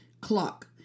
clock